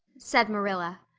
said marilla.